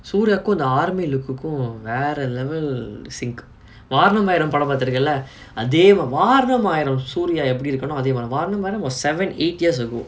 suria கு அந்த:ku antha army look குக்கு வேற:kukku vera level sink vaaranamayiram படோ பாத்திருக்கல அதேமா:pado paathirukkala athaemaa vaaranamayiram suria எப்புடி இருக்கானோ அதேமாரி:eppudi irukkaano athaemaari vaaranamayiram was seven eight years ago